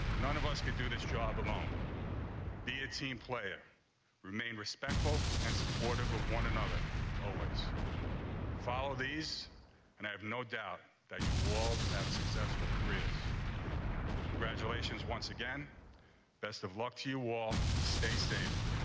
none of us could do this job along the a team player remain respectful and supportive of one another always follow these and i have no doubt that you all have successful careers congratulations. once again best of luck to you all stay safe.